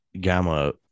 gamma